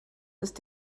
ist